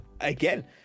again